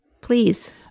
Please